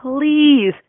please